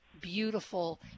beautiful